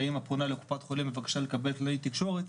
והאמא פונה לקופת החולים בבקשה לקבל קלינאי תקשורת,